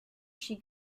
she